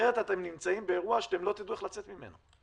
אחרת אתם נמצאים באירוע שאתם לא תדעו איך לצאת ממנו.